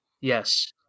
yes